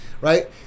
right